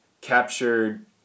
captured